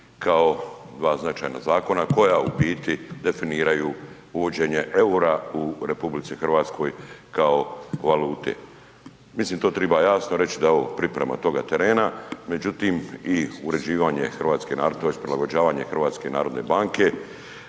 kao dva značajna zakona koja u biti definiraju uvođenje eura u RH kao valute. Mislim, to treba jasno reći da je ovo priprema toga terena međutim i uređivanje tj. prilagođavanje